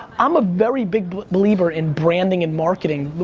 i'm a very big believer in branding and marketing,